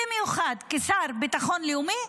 במיוחד כשר ביטחון לאומי,